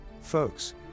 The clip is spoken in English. folks